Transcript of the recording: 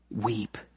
weep